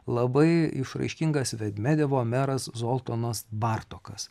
labai išraiškingas vedmedevo meras zoltonas bartokas